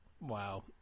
Wow